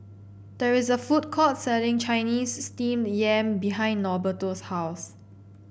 there is a food courts selling Chinese Steamed Yam behind Norberto's house